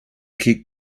keep